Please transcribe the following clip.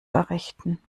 errichten